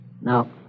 No